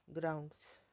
grounds